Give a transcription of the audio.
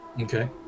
Okay